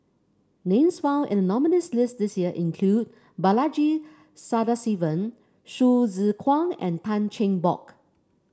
names found in nominees' list this year include Balaji Sadasivan Hsu Tse Kwang and Tan Cheng Bock